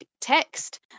text